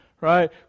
Right